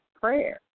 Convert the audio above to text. prayer